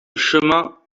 chemin